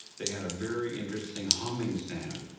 they had a very interesting humming sound.